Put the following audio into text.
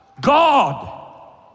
God